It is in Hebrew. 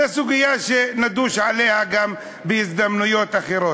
זו סוגיה שנדוש עליה בהזדמנויות אחרות,